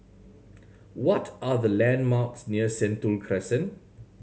what are the landmarks near Sentul Crescent